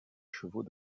chevaux